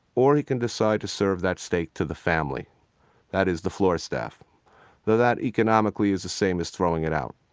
or he can decide to serve that steak to the family that is, the floor staff though that, economically, is same as throwing it out.